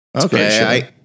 Okay